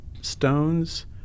Stones